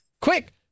Quick